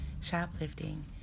shoplifting